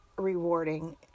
rewarding